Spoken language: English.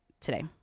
today